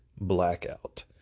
blackout